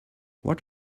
what